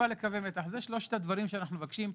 אלה שלושת הדברים שאנחנו מבקשים.